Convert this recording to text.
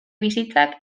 bizitzak